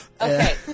Okay